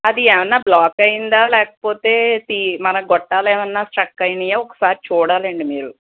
అది ఏమైనా బ్లాక్ అయిందా లేకపోతే టీ మన గొట్టాలు ఏమైనా స్ట్రక్ అయ్యాయా ఒకసారి చూడాలండీ మీరు